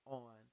on